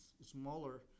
smaller